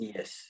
Yes